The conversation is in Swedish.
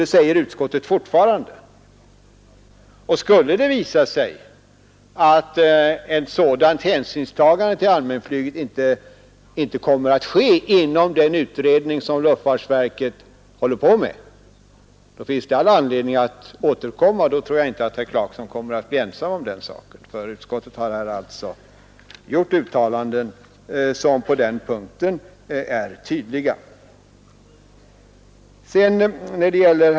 Det säger också trafikutskottet. Skulle det visa sig att ett sådant hänsynstagande till allmänflyget inte sker inom den utredning som luftfartsverket håller på med, då finns det all anledning att återkomma, och då tror jag inte herr Clarkson kommer att bli ensam om den saken, för utskottet har gjort uttalanden som på den punkten är tydliga.